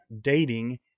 dating